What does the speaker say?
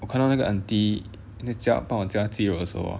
我看到那个 aunty 那加帮我加鸡肉的时候 hor